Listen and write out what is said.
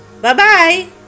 Bye-bye